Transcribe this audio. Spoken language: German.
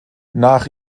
nach